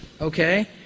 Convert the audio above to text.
okay